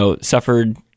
suffered